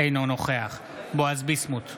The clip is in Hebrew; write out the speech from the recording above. אינו נוכח בועז ביסמוט,